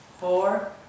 four